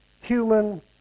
human